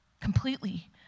Completely